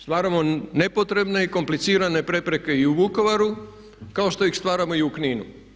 Stvaramo nepotrebne i komplicirane prepreke i u Vukovaru kao što ih stvaramo i u Kninu.